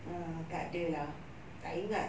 err tak ada lah tak ingat